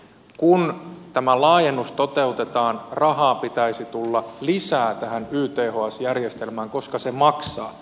kun tämä laajennus toteutetaan rahaa pitäisi tulla lisää tähän yths järjestelmään koska se maksaa